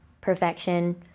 perfection